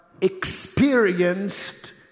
experienced